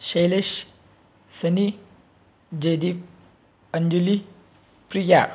Shailesh Sunny Jaideep Anjali Priya